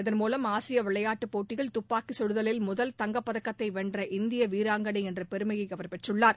இதன்மூலம் ஆசிய விளையாட்டுப் போட்டியில் துப்பாக்கிச் சுடுதலில் முதல் தங்கப்பதக்கத்தை வென்ற இந்திய வீராங்கனை என்ற பெருமையை அவர் பெற்றுள்ளார்